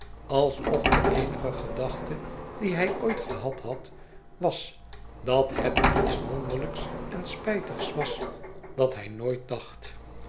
alsof de een'ge gedachte die hij ooit gehad had was dat het iets wonderlijks en spijtigs was dat hij nooit dacht